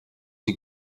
die